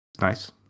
Nice